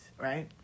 right